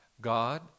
God